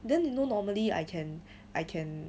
then you know normally I can I can